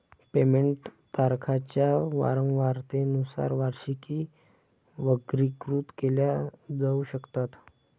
payment तारखांच्या वारंवारतेनुसार वार्षिकी वर्गीकृत केल्या जाऊ शकतात